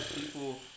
people